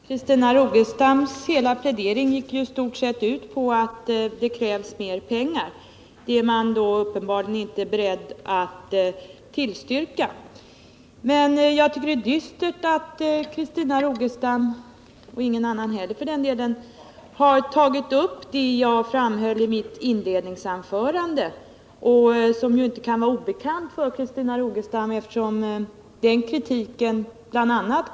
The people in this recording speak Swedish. Herr talman! Christina Rogestams hela plädering gick i stort sett ut på att det krävs mer pengar, något som man uppenbarligen inte är beredd att tillstyrka. Jag tycker att det är dystert att inte Christina Rogestam — och inte heller någon annan för den delen — har berört det som jag pekade på i mitt inledningsanförande och som ju inte kan vara obekant för Christina Rogestam, eftersom kritiken i det här avseendet bi.a.